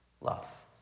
love